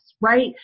right